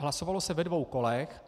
Hlasovalo se ve dvou kolech.